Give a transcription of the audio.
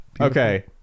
Okay